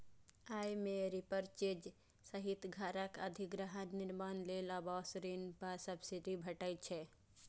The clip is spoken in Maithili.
अय मे रीपरचेज सहित घरक अधिग्रहण, निर्माण लेल आवास ऋण पर सब्सिडी भेटै छै